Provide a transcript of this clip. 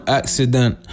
accident